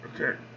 Okay